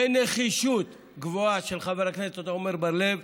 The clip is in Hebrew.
ובנחישות גבוהה של חבר הכנסת עמר בר-לב,